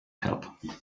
help